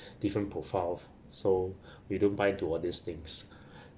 different profiles so we don't buy to all these things